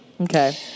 Okay